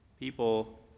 people